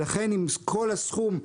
לכן עם כל הסכום,